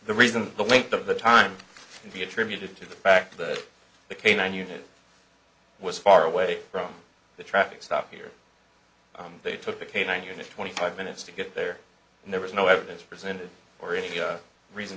the reason the length of the time can be attributed to the fact that the canine unit was far away from the traffic stop here and they took the canine unit twenty five minutes to get there and there was no evidence presented or any reason